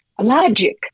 logic